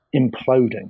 imploding